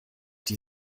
die